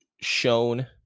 shown